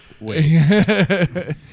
wait